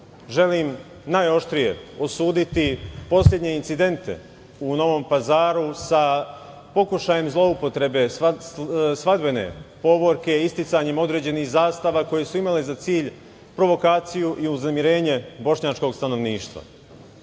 želim najoštrije osuditi poslednje incidente u Novom Pazaru sa pokušajem zloupotrebe svadbene povorke i isticanjem određenih zastava koje su imale za cilj provokaciju i uznemirenje Bošnjačkog stanovništva.